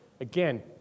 Again